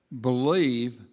believe